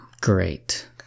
Great